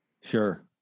Sure